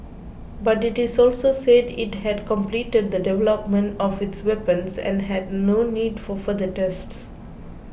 but it is also said it had completed the development of its weapons and had no need for further tests